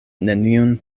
neniun